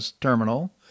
Terminal